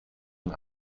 and